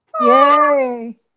yay